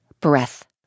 breath